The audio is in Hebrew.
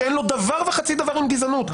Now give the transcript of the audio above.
שאין לו דבר וחצי דבר עם גזענות.